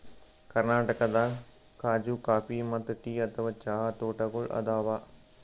ಕರ್ನಾಟಕದಾಗ್ ಖಾಜೂ ಕಾಫಿ ಮತ್ತ್ ಟೀ ಅಥವಾ ಚಹಾ ತೋಟಗೋಳ್ ಅದಾವ